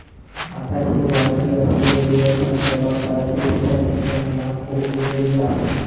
आताशी वाढत असलली लोकसंख्या बघता शेतीचा शिक्षण ह्या खूप उपयोगी आसा